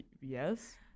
yes